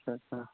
अच्छा अच्छा